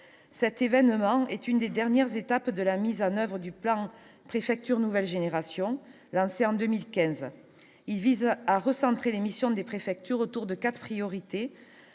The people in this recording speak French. cet événement est une des dernières étapes de la mise en oeuvre du plan préfecture nouvelle génération lancée en 2015, il vise à recentrer les missions des préfectures autour de 4 priorités